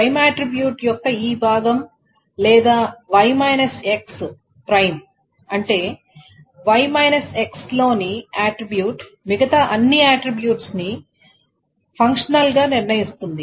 prime attribute యొక్క ఈ భాగం లేదా Y మైనస్ X ప్రైమ్ అంటే Y మైనస్ X లోని ఆట్రిబ్యూట్ మిగతా అన్ని అట్రిబ్యూట్స్ ని ఫంక్షనల్ గా నిర్ణయిస్తుంది